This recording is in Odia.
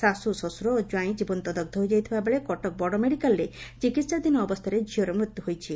ଶାଶୁ ଶ୍ୱଶୁର ଓ ଜ୍ୱାଇଁ ଜୀବନ୍ତ ଦଗ୍ ହୋଇଯାଇଥିବା ବେଳେ କଟକ ବଡ଼ ମେଡ଼ିକାଲରେ ଚିକିହାଧୀନ ଅବସ୍ଥାରେ ଝିଅର ମୃତ୍ଧୁ ହୋଇଛି